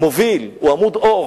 מוביל והוא עמוד אור